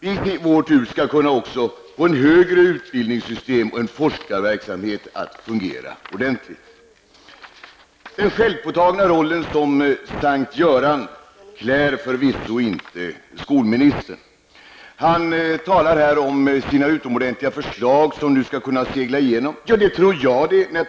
vi också skulle kunna få ett system för högre utbildning och en forskarverksamhet som fungerar ordentligt. Den självpåtagna rollen som Sankt Göran klär förvisso inte skolministern. Han talar här om sina utomordentliga förslag, som nu skulle segla igenom. Ja, det tror jag.